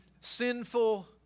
sinful